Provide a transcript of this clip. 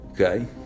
Okay